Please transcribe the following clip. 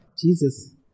Jesus